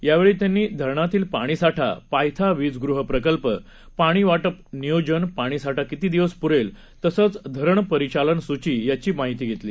यावेळी त्यांनी धरणातील पाणीसाठा पायथा विजगृह प्रकल्प पाणी वाटप नियोजन पाणीसाठा किती दिवस पुरेल तसंच धरण परिचालन सूची यांची माहिती घेतली